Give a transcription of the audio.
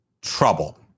trouble